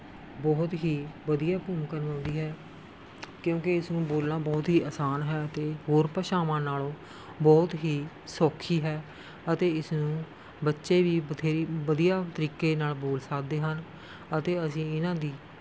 ਬਹੁਤ ਹੀ ਵਧੀਆ ਭੂਮਿਕਾ ਨਿਭਾਉਂਦੀ ਹੈ ਕਿਉਂਕਿ ਇਸਨੂੰ ਬੋਲਣਾ ਬਹੁਤ ਹੀ ਆਸਾਨ ਹੈ ਅਤੇ ਹੋਰ ਭਾਸ਼ਾਵਾ ਨਾਲੋਂ ਬਹੁਤ ਹੀ ਸੌਖੀ ਹੈ ਅਤੇ ਇਸਨੂੰ ਬੱਚੇ ਵੀ ਬਥੇਰੀ ਵਧੀਆ ਤਰੀਕੇ ਨਾਲ਼ ਬੋਲ ਸਕਦੇ ਹਨ ਅਤੇ ਅਸੀਂ ਇਨ੍ਹਾਂ ਦੀ